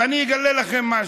ואני אגלה לכם משהו,